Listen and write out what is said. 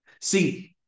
See